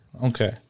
Okay